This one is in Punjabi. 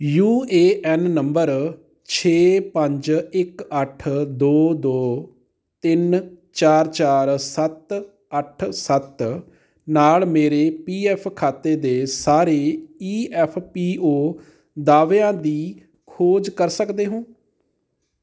ਯੂ ਏ ਐਨ ਨੰਬਰ ਛੇ ਪੰਜ ਇੱਕ ਅੱਠ ਦੋ ਦੋ ਤਿੰਨ ਚਾਰ ਚਾਰ ਸੱਤ ਅੱਠ ਸੱਤ ਨਾਲ ਮੇਰੇ ਪੀ ਐੱਫ ਖਾਤੇ ਦੇ ਸਾਰੇ ਈ ਐੱਫ ਪੀ ਓ ਦਾਅਵਿਆਂ ਦੀ ਖੋਜ ਕਰ ਸਕਦੇ ਹੋ